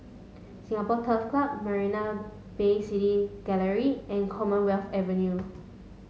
Singapore Turf Club Marina Bay City Gallery and Commonwealth Avenue